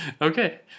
Okay